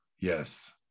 Yes